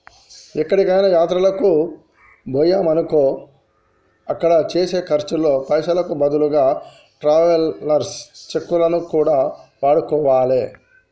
ఎక్కడికైనా యాత్రలకు బొయ్యినమనుకో అక్కడ చేసే ఖర్చుల్లో పైసలకు బదులుగా ట్రావెలర్స్ చెక్కులను కూడా వాడుకోవాలే